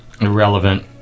Irrelevant